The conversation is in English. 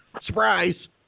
Surprise